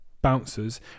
bouncers